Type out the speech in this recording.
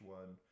one